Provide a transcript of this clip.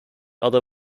other